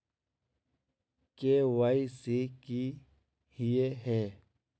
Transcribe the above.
KYC की हिये है?